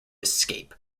escape